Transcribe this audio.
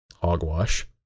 hogwash